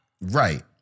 Right